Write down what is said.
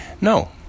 No